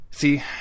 See